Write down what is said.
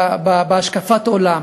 בהשקפת העולם,